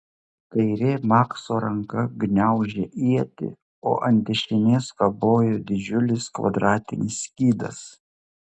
kairė makso ranka gniaužė ietį o ant dešinės kabojo didžiulis kvadratinis skydas